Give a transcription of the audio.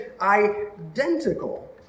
identical